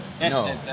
No